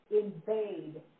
invade